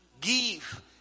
give